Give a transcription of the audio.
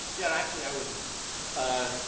yeah, and actually, i would ah,